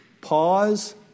pause